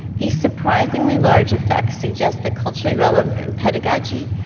these surprisingly large effects suggest that culturally relevant pedagogy,